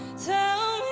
so